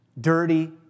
dirty